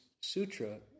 sutra